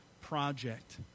project